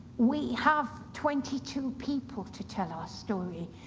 we have twenty two people to tell our story.